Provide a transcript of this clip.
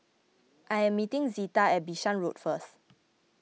I am meeting Zita at Bishan Road first